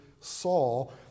Saul